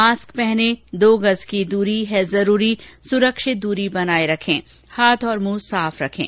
mask पहनें दो गज़ की दूरी है जरूरी सुरक्षित दूरी बनाए रखें हाथ और मुंह साफ रखें